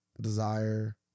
Desire